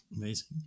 Amazing